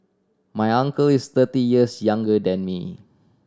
my uncle is thirty years younger than me